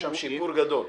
יש שם שיפור גדול.